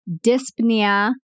dyspnea